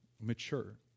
mature